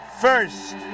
first